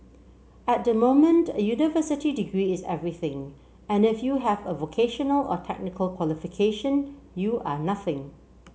at the moment a university degree is everything and if you have a vocational or technical qualification you are nothing